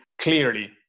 clearly